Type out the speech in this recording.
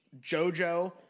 Jojo